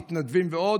מתנדבים ועוד,